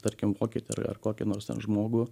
tarkim okietį ar ar kokį nors ten žmogų